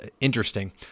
interesting